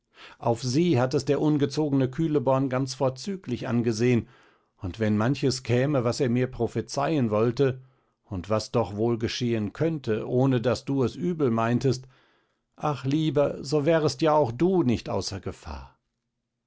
auf sie hat es der ungezogne kühleborn ganz vorzüglich angesehn und wenn manches käme was er mir prophezeien wollte und was doch wohl geschehen könnte ohne daß du es übel meintest ach lieber so wärest ja auch du nicht außer gefahr